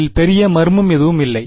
அதில் பெரிய மர்மம் எதுவும் இல்லை